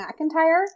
McIntyre